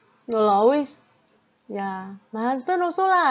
you like always ya my husband also lah